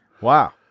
Wow